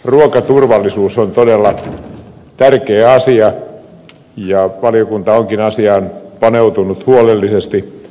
ruokaturvallisuus on todella tärkeä asia ja valiokunta onkin asiaan paneutunut huolellisesti